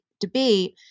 debate